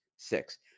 six